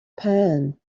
pan